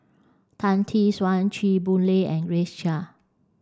Tan Tee Suan Chew Boon Lay and Grace Chia